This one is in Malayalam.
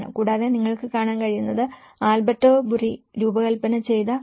കൂടാതെ നിങ്ങൾക്ക് കാണാൻ കഴിയുന്നത് ആൽബെർട്ടോ ബുറി രൂപകൽപ്പന ചെയ്ത ക്രെറ്റോയാണ്